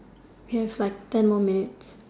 we have like ten more minutes